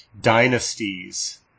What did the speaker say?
dynasties